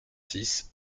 six